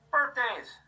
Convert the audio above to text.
Birthdays